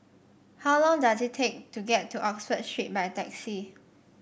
how long does it take to get to Oxford Street by taxi